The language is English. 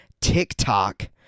TikTok